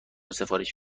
سفارش